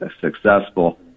successful